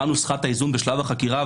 מה נוסחת האיזון בשלב החקירה?